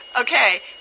Okay